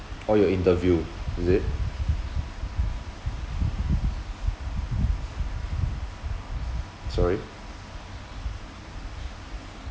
all your interview is it sorry